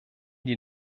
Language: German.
die